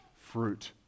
fruit